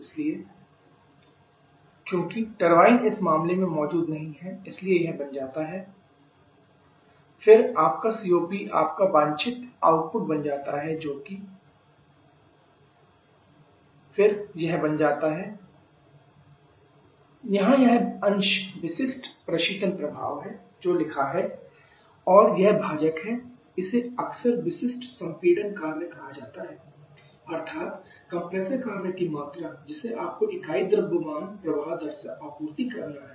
इसलिए Win netWC WT चूंकि turbine इस मामले में मौजूद नहीं है इसलिए यह बन जाएगा Win netWC WT mh2 h1 फिर आपका COP आपका वांछित आउटपुट बन जाता है जो है COP QEWin net यह बन जाता है h1 h4h2 h1 यहाँ यह अंश विशिष्ट प्रशीतन प्रभाव है जो लिखा है और यह भाजक है इसे अक्सर विशिष्ट संपीड़न कार्य कहा जाता है अर्थात कंप्रेसर कार्य की मात्रा जिसे आपको इकाई द्रव्यमान प्रवाह दर से आपूर्ति करना है